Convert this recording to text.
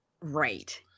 right